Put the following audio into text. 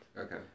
Okay